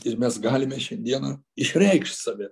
ir mes galime šiandieną išreikšt save